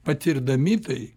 patirdami tai